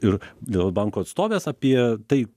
ir dėl banko atstovės apie tai